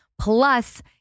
Plus